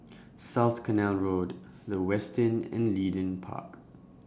South Canal Road The Westin and Leedon Park